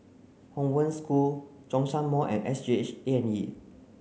Hong Wen School Zhongshan Mall and S G H A and E